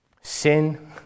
Sin